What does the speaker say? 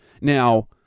Now